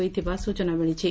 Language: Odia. ହୋଇଥିବା ସୂଚନା ମିଳିଛି